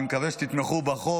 אני מקווה שתתמכו בחוק.